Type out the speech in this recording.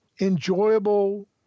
enjoyable